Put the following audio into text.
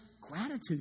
gratitude